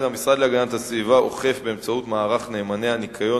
להגנת הסביבה ביום י"ז בחשוון תש"ע (4 בנובמבר